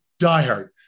Diehard